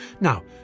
Now